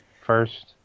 first